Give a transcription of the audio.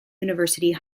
university